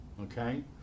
okay